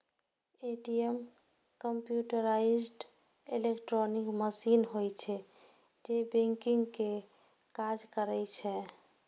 ATM computerised electronic machine होइ छै, जे बैंकिंग के काज करै छै